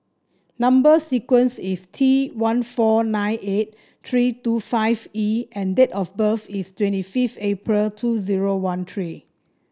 number sequence is T one four nine eight three two five E and date of birth is twenty fifth April two zero one three